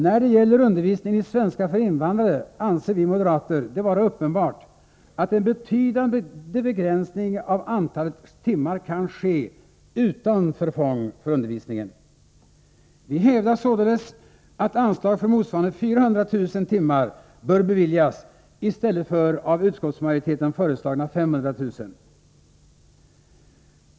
När det gäller undervisningen i svenska för invandrare anser vi moderater det vara uppenbart att en betydande begränsning av antalet timmar kan ske utan förfång för undervisningen. Vi hävdar således att ett anslag motsvarande 400 000 timmar bör beviljas i stället för det av utskottsmajoriteten föreslagna anslaget för 500 000 timmar.